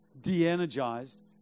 de-energized